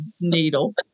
needle